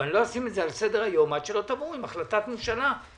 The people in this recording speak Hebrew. אבל לא אשים את זה על סדר היום עד שלא תבואו עם החלטת ממשלה כזאת,